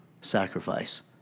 sacrifice